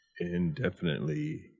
indefinitely